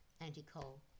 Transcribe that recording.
anti-coal